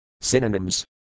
Synonyms